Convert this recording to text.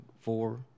four